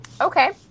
okay